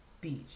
Beach